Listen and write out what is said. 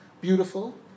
beautiful